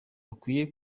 bakwiye